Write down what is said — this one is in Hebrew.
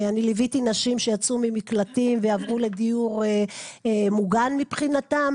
ליוויתי נשים שיצאו ממקלטים ועברו לדיון מוגן מבחינתן,